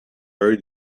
very